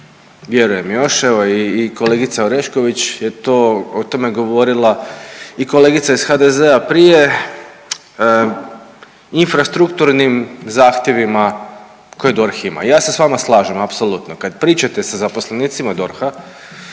vjerujem još evo i kolegica Orešković je o tome govorila i kolegica iz HDZ-a prije, o infrastrukturnim zahtjevima koje DORH ima. I ja se s vama slažem apsolutno. Kad pričate sa zaposlenicima DORH-a